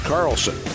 Carlson